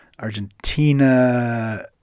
Argentina